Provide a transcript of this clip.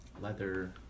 leather